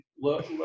look